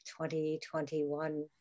2021